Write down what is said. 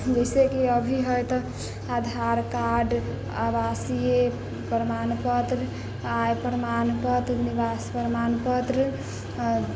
जइसे कि अभी हइ तऽ आधार कार्ड आवासीय प्रमाणपत्र आय प्रमाणपत्र निवास प्रमाणपत्र